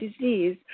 disease